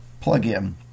plug-in